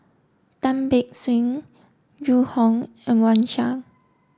Tan Beng Swee Zhu Hong and Wang Sha